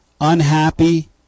unhappy